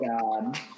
God